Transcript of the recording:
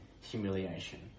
humiliation